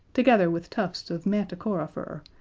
together with tufts of manticora fur,